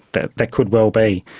that that could well be,